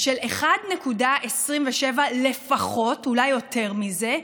של 1.27% לפחות, אולי יותר מזה,